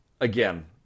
again